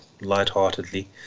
lightheartedly